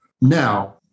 Now